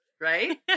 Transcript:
Right